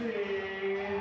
the